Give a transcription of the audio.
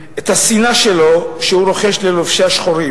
לבקר באוהל המחאה של מרכז השלטון המקומי,